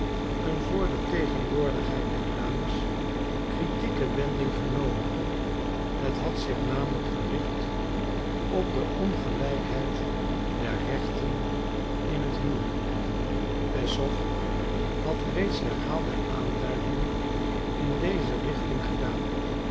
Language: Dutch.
een voor de tegenwoordigheid der dames kritieke wending genomen het had zich namelijk gericht op de ongelijkheid der rechten in het huwelijk peszow had reeds herhaalde aanduidingen in deze richting gedaan